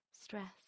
stress